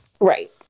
Right